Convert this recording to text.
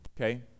Okay